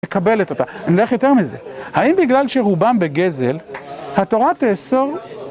מקבלת אותה. אני הולך יותר מזה, האם בגלל שרובם בגזל, התורה תאסור?